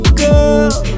girl